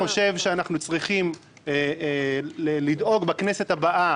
אני חושב שאנחנו צריכים לדאוג בכנסת הבאה